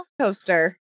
coaster